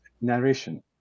narration